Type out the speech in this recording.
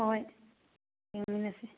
ꯍꯣꯏ ꯌꯦꯡꯃꯤꯟꯅꯁꯤ